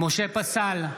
משה פסל,